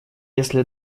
если